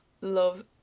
love